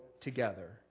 together